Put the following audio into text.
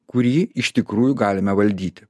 kurį iš tikrųjų galime valdyti